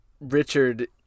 richard